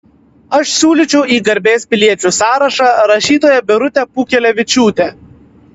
aš siūlyčiau į garbės piliečių sąrašą rašytoją birutę pūkelevičiūtę